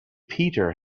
peter